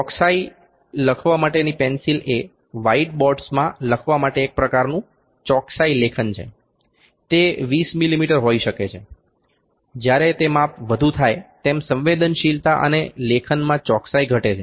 ચોકસાઇ લખવા માટેની પેન્સિલ એ વ્હાઇટ બોર્ડ્સમાં લખવા માટે એક પ્રકારનું ચોકસાઇ લેખન છે તે 20 મીમી હોઈ શકે છે જ્યારે તે માપ વધુ થાય તેમ સંવેદનશીલતા અથવા લેખનમાં ચોકસાઇ ઘટે છે